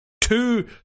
two